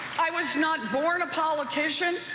i was not born a politician,